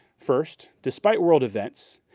first, despite world events,